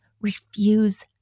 refuse